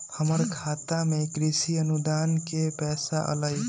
हमर खाता में कृषि अनुदान के पैसा अलई?